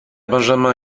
benjamin